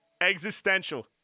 existential